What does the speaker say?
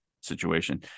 situation